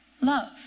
Love